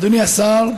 אדוני השר,